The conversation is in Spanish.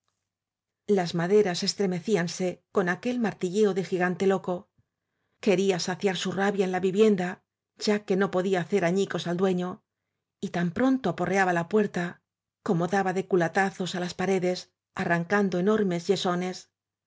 las maderas extremecíanse con aquel martilleo de gigante loco quería saciar su rabia en la vivienda ya que no podía hacer añicos al dueño y tan pronto aporreaba la puerta como daba de culatazos á las pare des arrancando enormes yesones